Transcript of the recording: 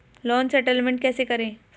Loan settlement कैसे करें?